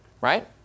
Right